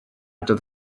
doedd